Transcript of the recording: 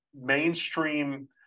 mainstream